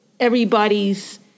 everybody's